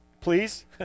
please